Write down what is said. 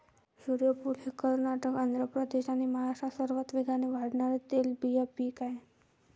सूर्यफूल हे कर्नाटक, आंध्र प्रदेश आणि महाराष्ट्रात सर्वात वेगाने वाढणारे तेलबिया पीक आहे